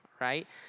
right